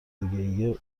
دیگه